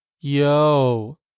Yo